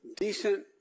decent